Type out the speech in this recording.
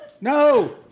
no